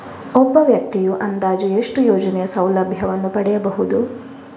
ಒಬ್ಬ ವ್ಯಕ್ತಿಯು ಅಂದಾಜು ಎಷ್ಟು ಯೋಜನೆಯ ಸೌಲಭ್ಯವನ್ನು ಪಡೆಯಬಹುದು?